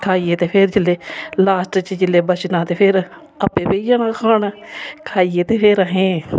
खाइयै ते फिर जेल्लै लास्ट च जेल्लै बचना ते फिर आपें बेही जाना खान खाइयै ते फिर अहें